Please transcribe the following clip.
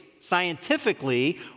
scientifically